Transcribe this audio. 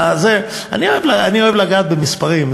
אני אוהב לגעת במספרים,